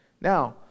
Now